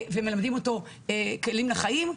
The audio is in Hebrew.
ומלמדים אותו כלים לחיים,